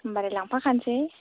होमबालाय लांफाखासै